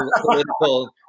political